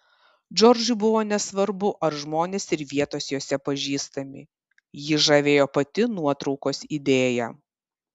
džordžui buvo nesvarbu ar žmonės ir vietos jose pažįstami jį žavėjo pati nuotraukos idėja